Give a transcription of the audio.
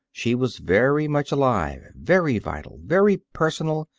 she was very much alive, very vital, very personal,